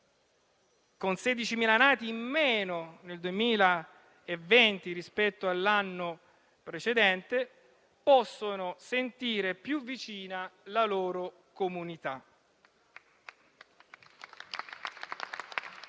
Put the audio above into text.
con 16.000 nati in meno nel 2020 rispetto all'anno precedente, possono sentire più vicina la loro comunità.